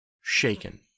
shaken